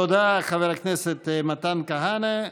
תודה, חבר הכנסת מתן כהנא.